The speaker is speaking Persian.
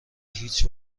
هیچ